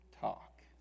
talk